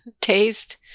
taste